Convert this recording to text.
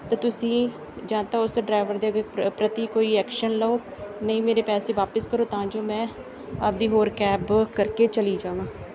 ਤਾਂ ਤੁਸੀਂ ਜਾਂ ਤਾਂ ਉਸ ਡਰੈਵਰ ਦੇ ਕੋ ਪ੍ਰ ਪ੍ਰਤੀ ਕੋਈ ਐਕਸ਼ਨ ਲਓ ਨਹੀਂ ਮੇਰੇ ਪੈਸੇ ਵਾਪਸ ਕਰੋ ਤਾਂ ਜੋ ਮੈਂ ਆਪਣੀ ਹੋਰ ਕੈਬ ਕਰਕੇ ਚਲੀ ਜਾਵਾਂ